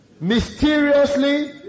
mysteriously